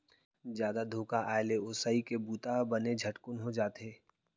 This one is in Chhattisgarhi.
जादा धुका आए ले ओसई के बूता ह बने झटकुन हो जाथे